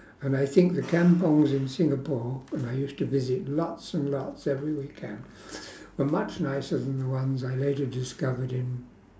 and I think the kampungs in singapore when I used to visit lots and lots every weekend were much nicer than the ones I later discovered in